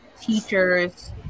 teachers